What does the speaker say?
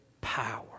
power